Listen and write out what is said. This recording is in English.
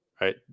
right